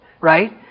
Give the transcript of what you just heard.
right